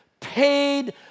paid